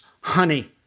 honey